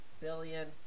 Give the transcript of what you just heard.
billion